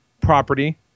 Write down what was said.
property